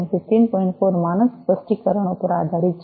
4 માનક સ્પષ્ટીકરણો પર આધારિત છે